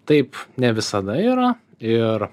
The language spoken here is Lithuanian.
taip ne visada yra ir